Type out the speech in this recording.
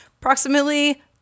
Approximately